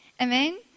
Amen